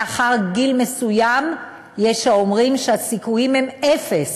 לאחר גיל מסוים יש האומרים שהסיכויים הם אפס